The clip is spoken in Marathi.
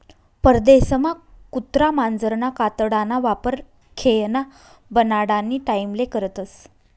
परदेसमा कुत्रा मांजरना कातडाना वापर खेयना बनाडानी टाईमले करतस